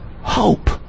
hope